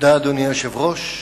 היושב-ראש,